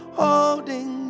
holding